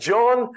John